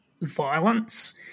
violence